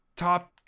top